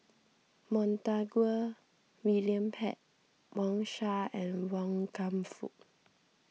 Montague William Pett Wang Sha and Wan Kam Fook